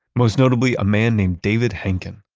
most notably a man named david henken.